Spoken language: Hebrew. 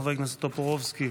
חבר הכנסת טופורובסקי,